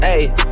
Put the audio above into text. Ayy